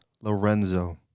Lorenzo